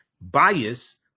bias